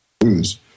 news